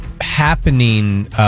happening